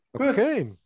Okay